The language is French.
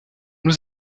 nous